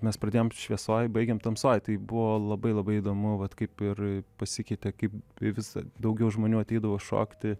mes pradėjom šviesoj baigėm tamsoj tai buvo labai labai įdomu vat kaip ir pasikeitė kai vis daugiau žmonių ateidavo šokti